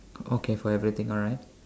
okay for everything alright